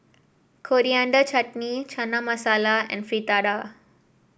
Coriander Chutney Chana Masala and Fritada